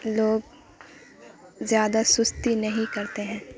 لوگ زیادہ سستی نہیں کرتے ہیں